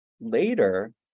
later